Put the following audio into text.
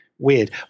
weird